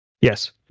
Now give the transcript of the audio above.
Yes